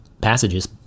passages